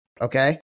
okay